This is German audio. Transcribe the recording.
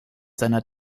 seiner